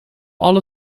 alle